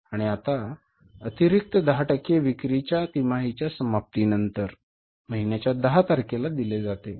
आणि अतिरिक्त 10 टक्के विक्रीचे तिमाहीच्या समाप्तीनंतर महिन्याच्या 10 तारखेला दिले जाते